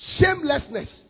shamelessness